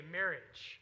marriage